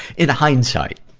in hindsight,